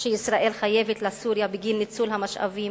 שישראל חייבת לסוריה בגין ניצול המשאבים,